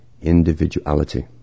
individuality